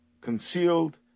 concealed